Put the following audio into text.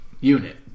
unit